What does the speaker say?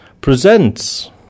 presents